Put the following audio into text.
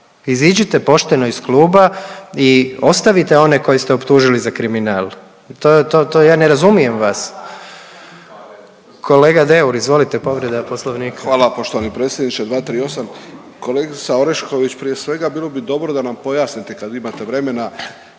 Iziđite pošteno iz kluba i ostavite one koje ste optužili za kriminal. To, to, ja ne razumijem vas. Kolega Deur, izvolite, povreda Poslovnika. **Deur, Ante (HDZ)** Hvala poštovani predsjedniče, 238. Kolegica Orešković, prije svega, bilo bi dobro da nam pojasnite, kad imate vremena